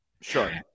Sure